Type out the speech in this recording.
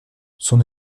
son